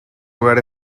lugar